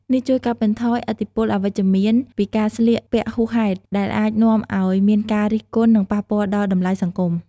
នេះជួយកាត់បន្ថយឥទ្ធិពលអវិជ្ជមានពីការស្លៀកពាក់ហួសហេតុ ដែលអាចនាំឱ្យមានការរិះគន់ និងប៉ះពាល់ដល់តម្លៃសង្គម។